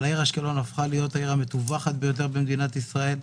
אבל העיר אשקלון הפכה להיות העיר המטווחת ביותר במדינת ישראל,